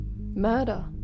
Murder